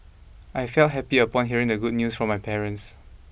I felt happy upon hearing the good news from my parents